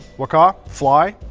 wakaa, fly.